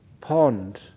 pond